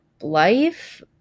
life